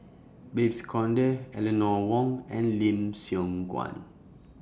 Babes Conde Eleanor Wong and Lim Siong Guan